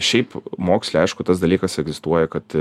šiaip moksle aišku tas dalykas egzistuoja kad